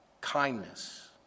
kindness